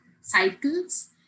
cycles